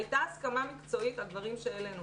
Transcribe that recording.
הייתה הסכמה מקצועית על דברים שהעלינו,